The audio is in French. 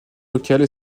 locales